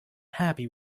happy